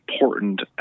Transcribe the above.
important